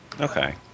Okay